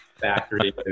factory